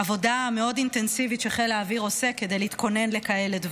העבודה המאוד-אינטנסיבית שחיל האוויר עושה כדי להתכונן לדברים כאלה.